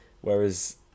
Whereas